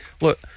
Look